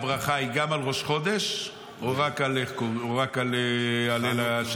הברכה היא גם על ראש חודש או רק על ההלל השלם?